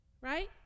Right